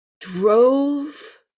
drove